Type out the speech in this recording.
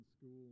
school